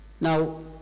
Now